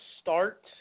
start